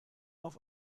auf